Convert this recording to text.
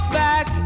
back